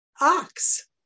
ox